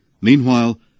Meanwhile